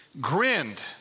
grinned